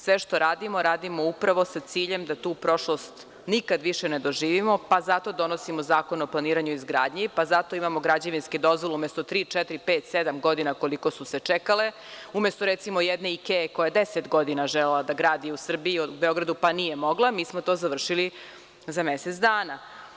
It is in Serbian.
Sve što radimo, radimo upravo sa ciljem da tu prošlost nikad više ne doživimo, pa zato donosimo Zakon o planiranju i izgradnji, pa zato imamo građevinske dozvole umesto tri, četiri, pet, sedam godina, koliko su se čekale, umesto, recimo, jedne Ikee, koja je 10 godina želela da gradi u Srbiji, u Beogradu, pa nije mogla, mi smo to završili za mesec dana.